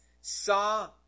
saw